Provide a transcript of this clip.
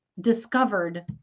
discovered